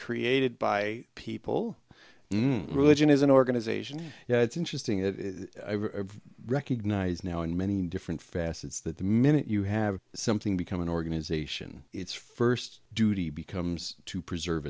created by people religion is an organization it's interesting it recognizes now in many different facets that the minute you have something become an organization it's first duty becomes to preserve